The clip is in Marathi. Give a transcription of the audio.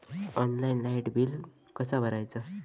ऑनलाइन लाईट बिल कसा भरायचा?